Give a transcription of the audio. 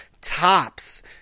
tops